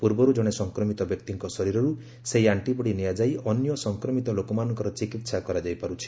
ପୂର୍ବରୁ ଜଣେ ସଂକ୍ରମିତ ବ୍ୟକ୍ତିଙ୍କ ଶରୀରରୁ ସେହି ଆଣ୍ଟିବର୍ଡି ନିଆଯାଇ ଅନ୍ୟ ସଂକ୍ରମିତ ଲୋକମାନଙ୍କର ଚିକିତ୍ସା କରାଯାଇ ପାରୁଛି